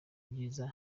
byiza